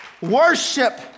worship